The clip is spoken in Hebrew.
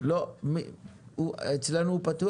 לפני כמה שבועות בילינו